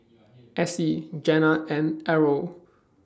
Essie Jenna and Errol